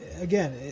again